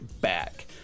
back